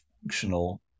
functional